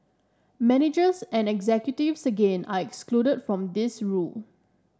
managers and executives again are excluded from this rule